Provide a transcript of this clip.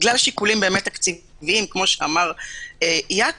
בגלל שיקולים תקציביים כפי שאמר יעקב,